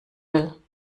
will